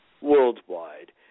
worldwide